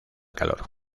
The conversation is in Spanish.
calor